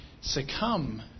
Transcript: succumb